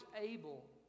able